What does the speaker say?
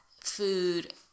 food